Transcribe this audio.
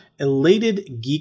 elatedgeek